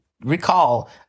recall